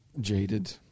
Jaded